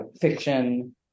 fiction